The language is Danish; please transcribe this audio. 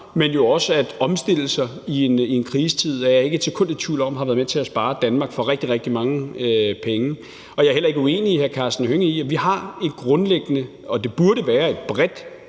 men jo også at omstille sig, men den viser, at det har været med til at spare Danmark for rigtig, rigtig mange penge. Jeg er heller ikke uenig med hr. Karsten Hønge i, at vi har et grundlæggende – og det burde også være bredt